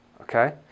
Okay